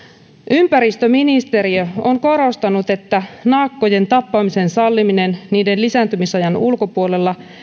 ympäristöministeriö on korostanut että naakkojen tappamisen salliminen niiden lisääntymisajan ulkopuolella